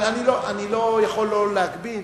אני לא יכול לא להגביל.